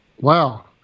Wow